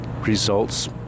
results